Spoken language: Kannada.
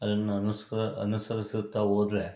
ಅದನ್ನು ಅನುಸ್ ಅನುಸರಿಸುತ್ತ ಹೋದ್ರೆ